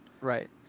Right